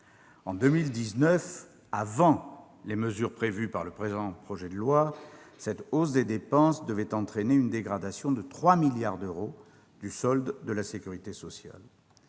En 2019, avant les mesures prévues par le présent projet de loi de financement, cette hausse des dépenses devait entraîner une dégradation de 3 milliards d'euros du solde de la sécurité sociale.